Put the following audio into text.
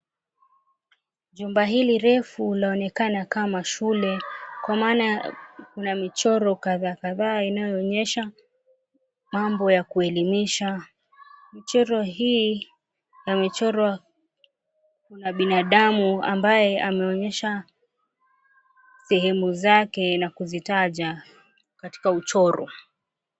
Jumba hili refu linaonekana kama shule kwa maana ina michoro kadhaa kadhaa inayoonyesha mambo ya kuelimisha michoro hii ina mchoro wa binadamu ambaye anaonyesha sehemu zake na kuzitaja katika uchoro.